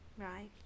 right